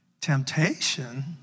temptation